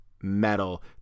metal